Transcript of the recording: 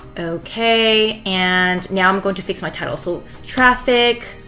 okay. and now i am going to fix my title. so traffic,